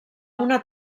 una